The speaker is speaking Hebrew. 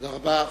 תודה רבה.